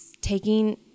taking